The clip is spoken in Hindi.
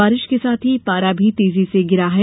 बारिश के साथ ही पारा भी तेजी से गिरा है